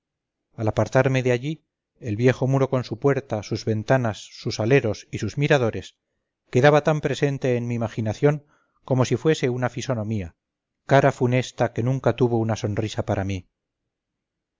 al apartarme de allí el viejo muro con su puerta sus ventanas sus aleros y sus miradores quedaba tan presente en mi imaginación como si fuese una fisonomía cara funesta que nunca tuvo una sonrisa para mí